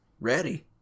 ready